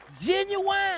Genuine